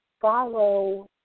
Follow